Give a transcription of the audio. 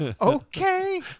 Okay